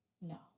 no